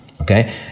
okay